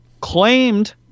claimed